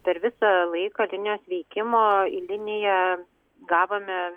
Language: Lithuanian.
per visą laiką linijos veikimo eilinėje gavome